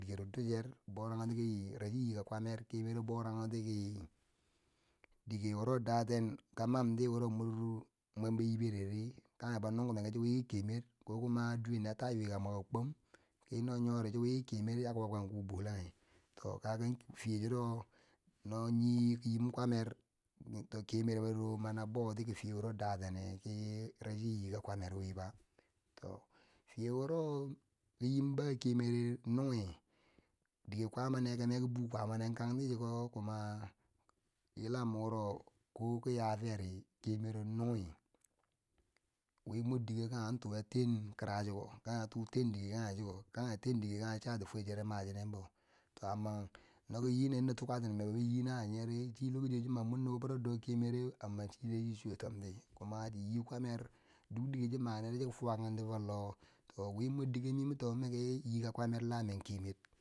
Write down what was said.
Dikero duscher, boranti ki reshi nyika kwamer, kemero boromti ki dikero wuro daten ka manti mwen bo nyibereri, kange ya nung kimeu ki cho wiki kemer, ko kuma duwen ya ta iyaka mweko kwom kino nyori chin wiki kemer ya ki wab kong ku bolonge. To ka kan fiye churo no nye nyin kwamer, to kemero mani abouti ki fiye wuro datene sai reshi nyika kwamere wiba to fiye wuro wo nyim ba kemre nunge, dike kwaama nekene ki bu kwaama nen kanti chiko, kuma yilan wuro ko ki ya firi kemero nunge, wi mordike konge ya ten kira chiko, kange ten dike kange chik, kange ten dike cha chati fwerchere ma chinenbo to amma no ki nyinin na tuka tinen bo nyi na woyere, che lokacin do chuwo chin man mor nobbobero do keme re amma chi chuwo tomti, kuma chin nyi kwamer, duk dike chi ma neri chiki fwakanti fo loh, towi mor dike mi ma to miki nyi ka kwame la en kemer.